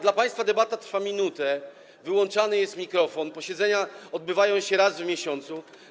Dla państwa debata trwa minutę, wyłączany jest mikrofon, posiedzenia odbywają się raz w miesiącu.